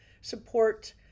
support